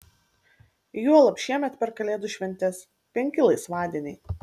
juolab šiemet per kalėdų šventes penki laisvadieniai